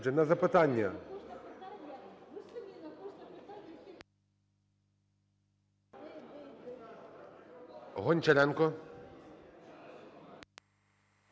Гончаренко.